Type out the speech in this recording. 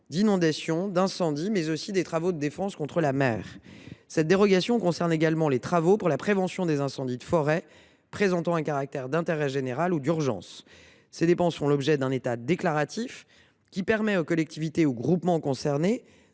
inondations et les incendies, ainsi que des travaux de défense contre la mer. Cette dérogation concerne également les travaux pour la prévention des incendies de forêt présentant un caractère d’intérêt général ou d’urgence. Ces dépenses font l’objet d’un état déclaratif qui permet aux collectivités ou groupements concernés